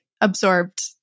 absorbed